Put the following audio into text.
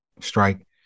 strike